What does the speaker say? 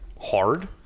hard